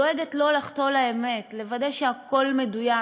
דואגת לא לחטוא לאמת, לוודא שהכול מדויק.